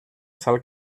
sal